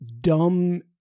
dumb